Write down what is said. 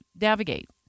navigate